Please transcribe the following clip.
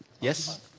Yes